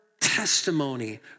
testimony